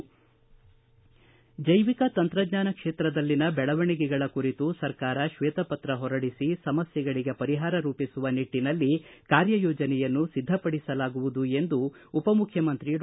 ಮಾಹಿತಿ ಮತ್ತು ಜೈವಿಕ ತಂತ್ರಜ್ಞಾನ ಕ್ಷೇತ್ರದಲ್ಲಿನ ಬೆಳವಣಿಗೆಗಳ ಕುರಿತು ಸರ್ಕಾರ ಶ್ವೇತಪತ್ರ ಹೊರಡಿಸಿ ಸಮಸ್ಟೆಗಳಿಗೆ ಪರಿಹಾರ ರೂಪಿಸುವ ನಿಟ್ಲಿನಲ್ಲಿ ಕಾರ್ಯ ಯೋಜನೆಯನ್ನು ಸಿದ್ದಪಡಿಸಲಾಗುವುದು ಎಂದು ಉಪಮುಖ್ಯಮಂತ್ರಿ ಡಾ